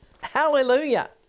Hallelujah